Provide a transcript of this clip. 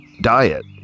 diet